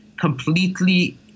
completely